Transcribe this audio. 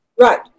right